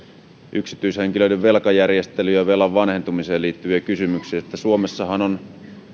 yksityishenkilöiden velkajärjestelyjä ja velan vanhentumiseen liittyviä kysymyksiä että suomessahan on